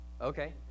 Okay